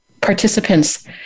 participants